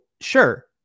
sure